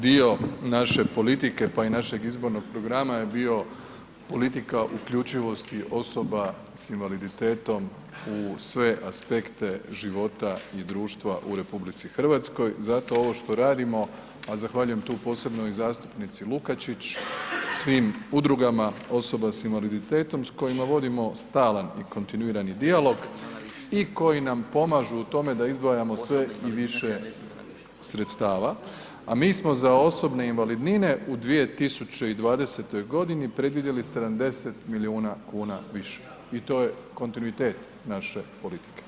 Dio naše politike, pa i našeg izbornog programa je bio politika uključivosti osoba s invaliditetom u sve aspekte života i društva u RH, zato ovo što radimo, a zahvaljujem tu posebno i zastupnici Lukačić, svim udrugama osoba s invaliditetom s kojima vodimo stalan i kontinuirani dijalog i koji nam pomažu u tome da izdvajamo sve i više sredstava, a mi smo za osobne invalidnine u 2020.g. predvidjeli 70 milijuna kuna više i to je kontinuitet naše politike.